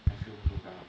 I feel also fed up